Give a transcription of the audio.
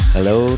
Hello